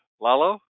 Lalo